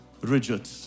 rigid